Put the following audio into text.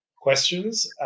questions